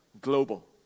global